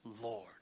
Lord